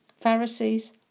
Pharisees